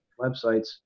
websites